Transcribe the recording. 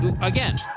Again